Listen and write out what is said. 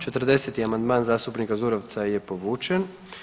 40. amandman zastupnika Zurovca je povučen.